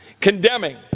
condemning